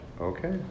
Okay